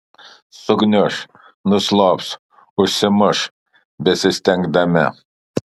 sugniuš nuslops užsimuš besistengdami